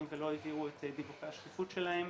ועדיין לא העבירו את דיווחי השקיפות שלהם,